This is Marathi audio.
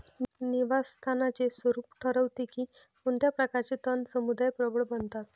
निवास स्थानाचे स्वरूप ठरवते की कोणत्या प्रकारचे तण समुदाय प्रबळ बनतात